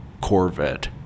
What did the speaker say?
Corvette